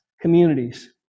communities